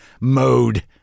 mode